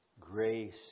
grace